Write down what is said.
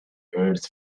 earth